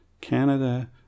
Canada